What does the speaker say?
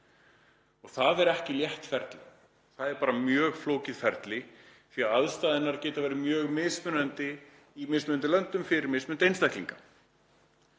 Það er ekki létt ferli. Það er bara mjög flókið ferli því að aðstæðurnar geta verið mjög mismunandi í mismunandi löndum fyrir mismunandi einstaklinga.